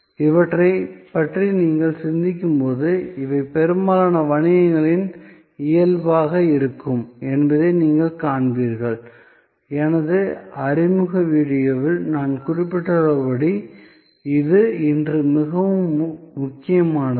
இவற்றைப் பற்றி நீங்கள் சிந்திக்கும்போது இவை பெரும்பாலான வணிகங்களின் இயல்பாக இருக்கும் என்பதை நீங்கள் காண்பீர்கள் எனது அறிமுக வீடியோவில் நான் குறிப்பிட்டுள்ளபடி இது இன்று மிகவும் முக்கியமானது